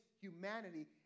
humanity